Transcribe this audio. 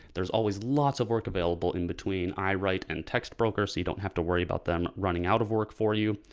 there's always lots of work available in between iwrite and textbroker so you don't have to worry about them running out of work for you.